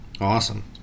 awesome